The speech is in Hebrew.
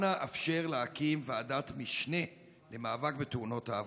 אנא אפשר להקים ועדת משנה למאבק בתאונות העבודה.